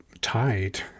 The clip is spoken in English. tied